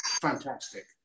fantastic